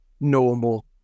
normal